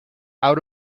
out